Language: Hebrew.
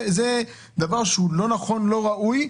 זה דבר שהוא לא נכון ולא ראוי,